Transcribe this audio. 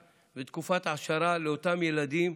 זאת תקופת העשרה לאותם ילדים.